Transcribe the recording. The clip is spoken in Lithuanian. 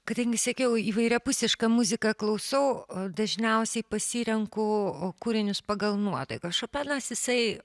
kadangi sakiau įvairiapusišką muziką klausau dažniausiai pasirenku kūrinius pagal nuotaiką šopenas jisai